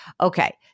Okay